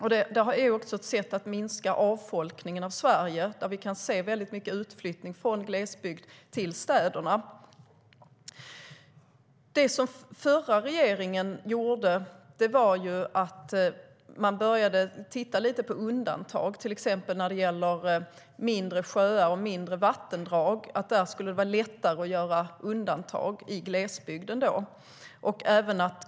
Det är också ett sätt att minska avfolkningen i Sverige där det förekommer mycket utflyttning från glesbygd till städerna. Det som den förra regeringen gjorde var att man började titta på undantag för till exempel mindre sjöar och mindre vattendrag. Där skulle det vara lättare att göra undantag i glesbygden.